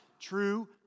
true